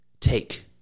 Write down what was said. take